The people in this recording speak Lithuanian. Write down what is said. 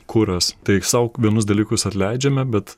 kuras tai sau vienus dalykus atleidžiame bet